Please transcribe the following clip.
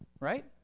right